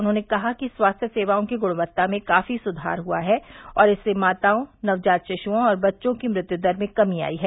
उन्होंने कहा कि स्वास्थ्य सेवाओं की गुणवत्ता में काफी सुघार हुआ है और इससे माताओं नवजात शिशुओं और बच्चों की मृत्यु दर में कमी आई है